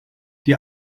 die